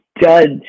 judge